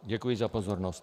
Děkuji za pozornost.